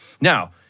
now